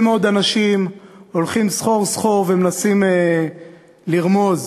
מאוד אנשים הולכים סחור-סחור ומנסים לרמוז.